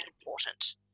important